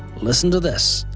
listen to this.